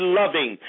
loving